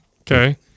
Okay